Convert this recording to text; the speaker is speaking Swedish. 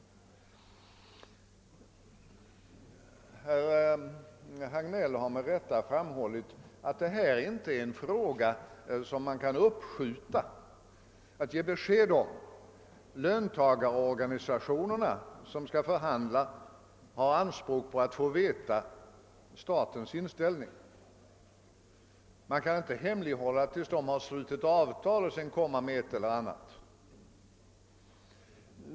Herr Hagnell har med rätta framhållit att detta inte är en fråga där man kan uppskjuta att ge besked. Löntagarorganisationerna, som skall förhandla, har anspråk på att få veta statens inställning. Man kan inte hemlighålla hur man tänker göra och sedan komma med ett eller annat besked.